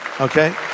okay